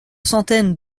centaines